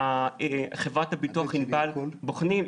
חברת הביטוח ענבל בוחנת.